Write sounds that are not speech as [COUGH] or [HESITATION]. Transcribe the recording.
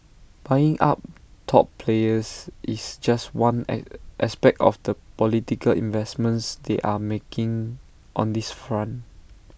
buying up top players is just one [HESITATION] aspect of the political investments they are making on this front